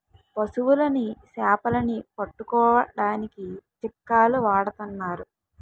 పశువులని సేపలని పట్టుకోడానికి చిక్కాలు వాడతన్నారు